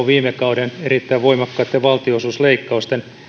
viime kauden erittäin voimakkaitten valtionosuusleikkausten